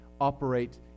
operate